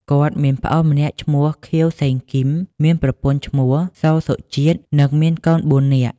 គាត់ មានប្អូនម្នាក់ឈ្មោះ ខៀវ សេងគីម មានប្រពន្ធឈ្មោះ សូ សុជាតិ និងមានកូន ៤នាក់ ។